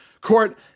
Court